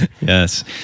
Yes